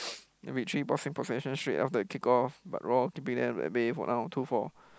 of that kick off but Roar keeping them at bay for now two four